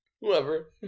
Whoever